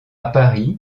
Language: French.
paris